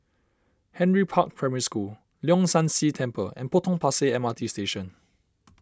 Henry Park Primary School Leong San See Temple and Potong Pasir M R T Station